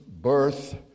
birth